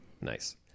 Nice